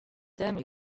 thème